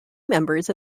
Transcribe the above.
members